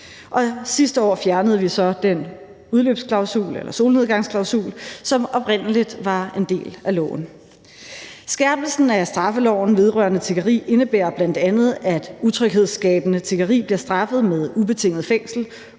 Sidste år fjernede vi så den solnedgangsklausul, som oprindelig var en del af loven. Skærpelsen af straffeloven vedrørende tiggeri indebærer bl.a., at utryghedsskabende tiggeri bliver straffet med ubetinget fængsel